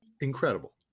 incredible